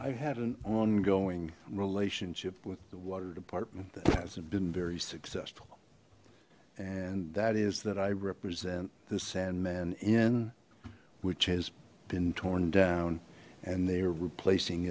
i've had an ongoing relationship with the water department that hasn't been very successful and that is that i represent the sandman in which has been torn down and they are replacing